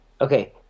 Okay